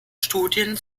studien